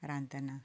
रांदतना